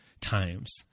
times